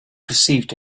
perceived